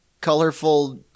colorful